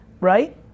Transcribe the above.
Right